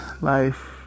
life